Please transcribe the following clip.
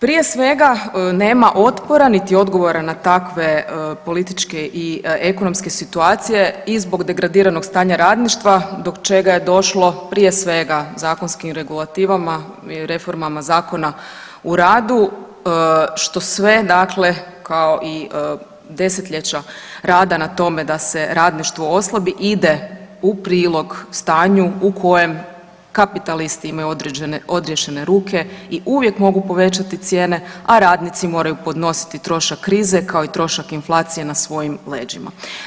Prije svega nema otpora niti odgovora na takve političke i ekonomske situacije i zbog degradiranog stanja radništva do čega je došlo prije svega zakonskim regulativama i reformama Zakona o radu, što sve dakle kao i 10-ljeća rada na tome da se radništvo oslabi, ide u prilog stanju u kojem kapitalisti imaju odriješene ruke i uvijek mogu povećati cijene, a radnici moraju podnositi trošak krize, kao i trošak inflacije na svojim leđima.